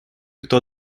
кто